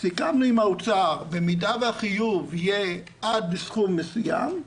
סיכמנו עם האוצר שבמידה והחיוב יהיה עד סכום מסוים,